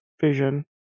vision